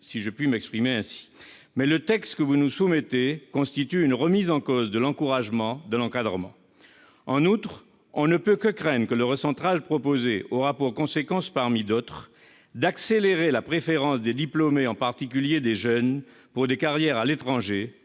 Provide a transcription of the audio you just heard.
si je puis m'exprimer ainsi. En revanche, le texte que vous nous soumettez constitue une remise en cause de l'encouragement à l'encadrement. En outre, on ne peut que craindre que le recentrage proposé ait pour conséquence, parmi d'autres, d'accentuer la tendance des diplômés, en particulier les jeunes, à préférer des carrières à l'étranger